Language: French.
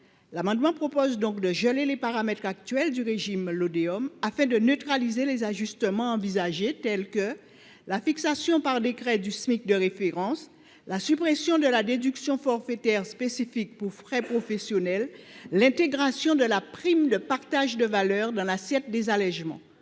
l’amendement vise à geler les paramètres actuels du régime Lodéom afin de neutraliser les ajustements envisagés, tels que la fixation par décret du Smic de référence, la suppression de la déduction forfaitaire spécifique pour frais professionnels et l’intégration de la prime de partage de la valeur dans l’assiette des allégements.